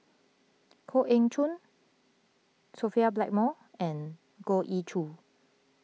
Koh Eng Hoon Sophia Blackmore and Goh Ee Choo